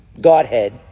Godhead